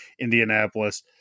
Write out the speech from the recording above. Indianapolis